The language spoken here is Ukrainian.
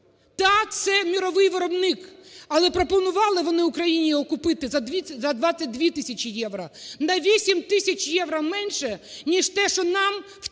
Да, це мировий виробник. Але пропонували вони Україні його купити за 22 тисячі євро, на 8 тисяч євро менше, ніж те, що нам "втюхали"